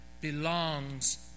belongs